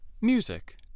Music